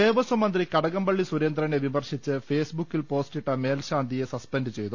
ദേവസ്വം മന്ത്രി കടകംപള്ളി സുരേന്ദ്രനെ വിമർശിച്ച് ഫേസ്ബുക്കിൽ പോസ്റ്റിട്ട മേൽശാന്തിയെ സസ്പെൻഡ് ചെയ്തു